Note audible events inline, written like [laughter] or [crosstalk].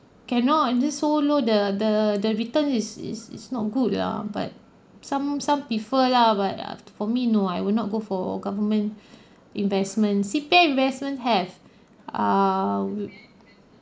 cannot this so low the the the return is is is not good lah but some some prefer lah but err for me no I will not go for government [breath] investment C_P_F investment have err